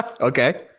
Okay